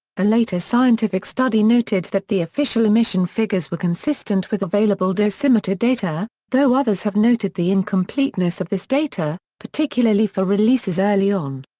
a later scientific study noted that the official emission figures were consistent with available dosimeter data, though others have noted the incompleteness of this data, particularly for releases early on.